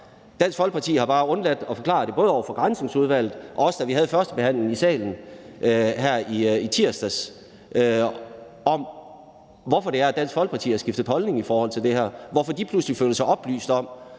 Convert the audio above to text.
Dansk Folkeparti har bare undladt at forklare, både over for Granskningsudvalget og også ved førstebehandlingen i salen her i tirsdags, hvorfor det er, at Dansk Folkeparti har skiftet holdning i forhold til det her, og hvorfor de lige pludselig føler sig oplyst om,